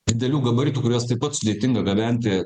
didelių gabaritų kuriuos taip pat sudėtinga gabenti